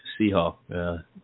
Seahawk